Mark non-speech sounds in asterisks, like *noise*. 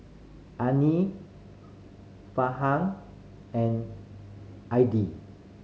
*unintelligible* Farhan and Aidil